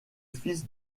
fils